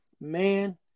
Man